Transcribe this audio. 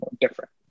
different